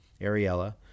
Ariella